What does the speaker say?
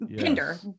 Pinder